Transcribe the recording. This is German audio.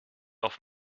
auf